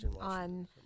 on